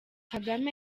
kagame